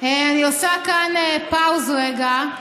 אני עושה כאן pause רגע,